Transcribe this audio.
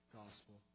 gospel